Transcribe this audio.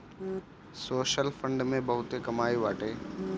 social fund में बहुते कमाई बाटे